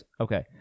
Okay